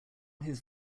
his